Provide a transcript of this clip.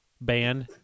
band